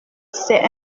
c’est